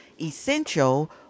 essential